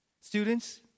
students